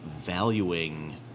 valuing